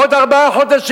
עוד ארבעה חודשים.